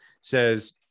says